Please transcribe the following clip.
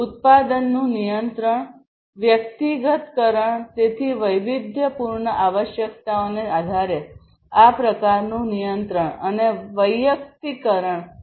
ઉત્પાદનનું નિયંત્રણવ્યક્તિગતકરણ તેથી વૈવિધ્યપૂર્ણ આવશ્યકતાઓને આધારે આ પ્રકારનું નિયંત્રણ અને વૈયક્તિકરણ કરી શકાય છે